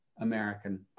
American